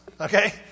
okay